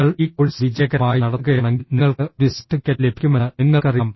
നിങ്ങൾ ഈ കോഴ്സ് വിജയകരമായി നടത്തുകയാണെങ്കിൽ നിങ്ങൾക്ക് ഒരു സർട്ടിഫിക്കറ്റ് ലഭിക്കുമെന്ന് നിങ്ങൾക്കറിയാം